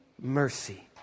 mercy